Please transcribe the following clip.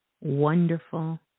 wonderful